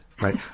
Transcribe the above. Right